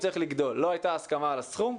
לא הייתה הסכמה על הסכום,